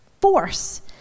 force